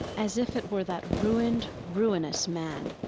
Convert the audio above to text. as if it were that ruined, ruinous man.